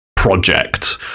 Project